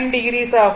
9o ஆகும்